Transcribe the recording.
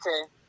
Okay